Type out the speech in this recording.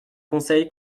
conseil